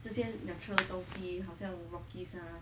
这些 natural 的东西好像 rockies 是吗